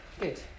good